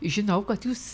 žinau kad jūs